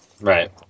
Right